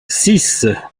six